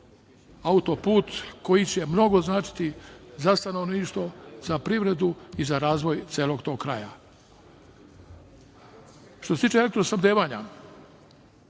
auto-put koji će mnogo značiti za stanovništvo, za privredu i za razvoj celog tog kraja. Što se tiče elektrosnabdevanja,